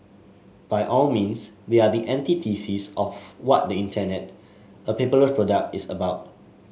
by all means they are the antithesis of what the Internet a paperless product is about